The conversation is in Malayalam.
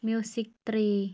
music three